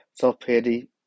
Self-pity